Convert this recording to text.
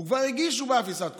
הוא כבר הרגיש שהוא באפיסת כוחות,